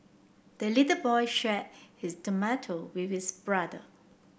the little boy shared his tomato with his brother